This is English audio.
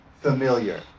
familiar